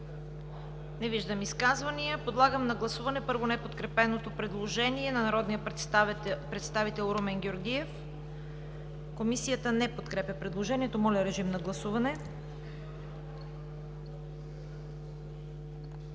Не виждам. Подлагам на гласуване, първо, неподкрепеното предложение на народния представител Румен Георгиев. Комисията не подкрепя предложението. Гласували